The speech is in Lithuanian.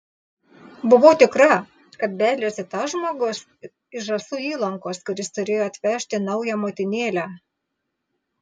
buvau tikra kad beldžiasi tas žmogus iš žąsų įlankos kuris turėjo atvežti naują motinėlę